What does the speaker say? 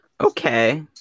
Okay